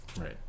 Right